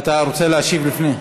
אתה רוצה להשיב לפני?